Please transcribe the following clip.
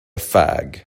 fag